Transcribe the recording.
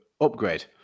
upgrade